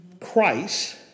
Christ